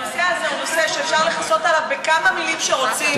הנושא הזה הוא נושא שאפשר לכסות עליו בכמה מילים שרוצים,